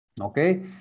Okay